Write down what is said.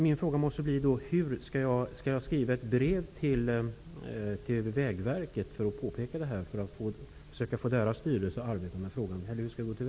Min fråga blir då: Skall jag skriva ett brev till